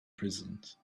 prisons